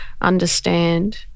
understand